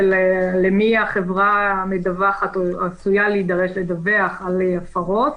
למי החברה מדווחת או עשויה להידרש לדווח על הפרות,